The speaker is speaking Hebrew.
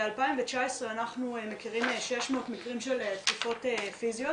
ב -2019 אנחנו מכירים 600 מקרים של תקיפות פיזיות,